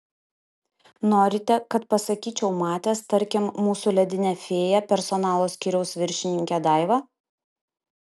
norite kad pasakyčiau matęs tarkim mūsų ledinę fėją personalo skyriaus viršininkę daivą